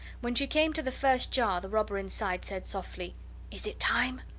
when she came to the first jar the robber inside said softly is it time?